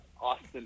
Austin